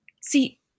See